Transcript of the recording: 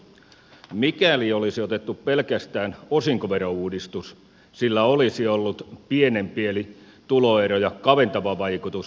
mikäli olisi otettu pelkästään osinkoverouudistus sillä olisi ollut pienempi eli tuloeroja kaventava vaikutus